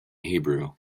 hebrew